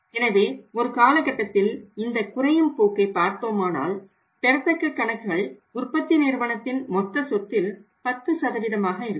எனவே ஒரு காலகட்டத்தில் இந்த குறையும் போக்கை பார்த்தோமானால் பெறத்தக்க கணக்குகள் உற்பத்தி நிறுவனத்தின் மொத்த சொத்தில் 10 ஆக இருக்கும்